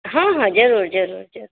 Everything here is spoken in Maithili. हँ हँ जरुर जरुर जरुर